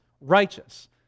righteous